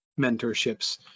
mentorships